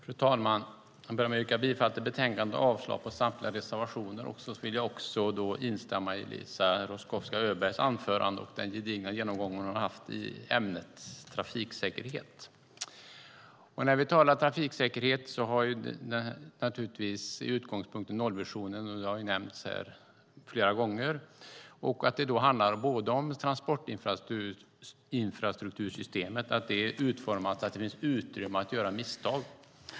Fru talman! Jag börjar med att yrka bifall till förslaget i betänkandet och avslag på samtliga reservationer. Sedan vill jag också instämma i Eliza Roszkowska Öbergs anförande, med den gedigna genomgång som hon har haft i ämnet trafiksäkerhet. När vi talar om trafiksäkerhet är utgångspunkten naturligtvis nollvisionen, vilket har nämnts här flera gånger. Då handlar det om transportinfrastruktursystemet, att det är utformat så att det finns utrymme för att göra misstag.